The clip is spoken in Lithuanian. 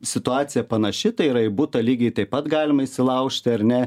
situacija panaši tai yra į butą lygiai taip pat galima įsilaužti ar ne